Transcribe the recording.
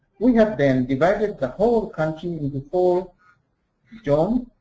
we have then divided the whole country into four zones